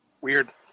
Weird